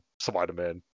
spider-man